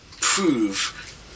prove